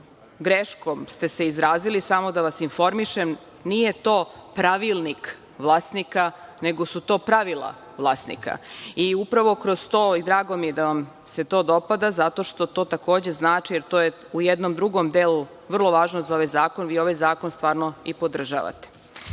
greškom ste se izrazili, samo da vas informišem, nije to „pravilnik vlasnika“ nego su to „pravila vlasnika“ i upravo kroz to, i drago mi je da vam se to dopada, zato što to takođe znači, jer to je u jednom drugom delu vrlo važno za ovaj zakon, vi ovaj zakon stvarno i podržavate. Ovo